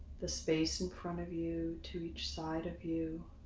the space in front of you, to each side of you,